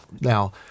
Now